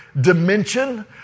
dimension